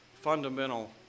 fundamental